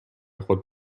خود